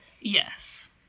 Yes